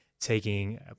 taking